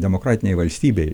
demokratinėj valstybėj